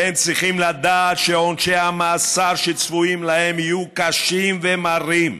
הם צריכים לדעת שעונשי המאסר שצפויים להם יהיו קשים ומרים.